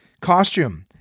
costume